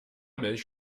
milch